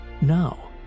now